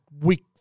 week